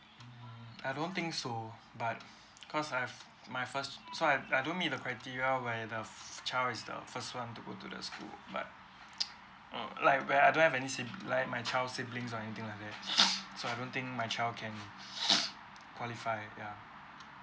mm I don't think so but cause I've my first so I I don't meet the criteria where the f~ child is the first one to go to the school but uh like where I don't have any sib~ like my child siblings or anything like that so I don't think my child can qualify ya